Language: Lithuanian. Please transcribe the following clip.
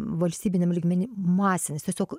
valstybiniam lygmeny masinis tiesiog